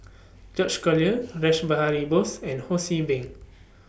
George Collyer Rash Behari Bose and Ho See Beng